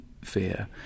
fear